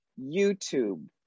YouTube